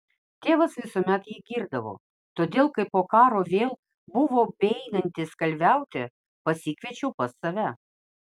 tėvas visuomet jį girdavo todėl kai po karo vėl buvo beeinantis kalviauti pasikviečiau pas save